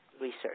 research